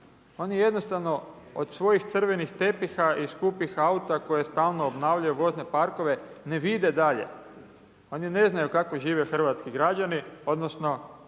Oni jednostavno od svojih crvenih tepiha i skupih auta, koje stalno obnavljaju vozne parkove, ne vide dalje. Oni ne znaju kako žive hrvatski građani, odnosno,